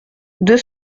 deux